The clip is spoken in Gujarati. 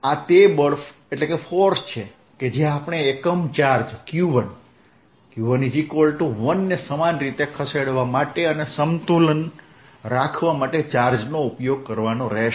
આ તે બળ છે કે જેણે એકમ ચાર્જ q1 q11 ને સમાન રીતે ખસેડવા માટે અને સંતુલન રાખવા માટે ચાર્જ નો ઉપયોગ કરવાનો રહેશે